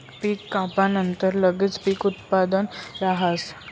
पीक कापानंतर लगेच पीक उत्पादन राहस